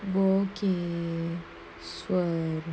okay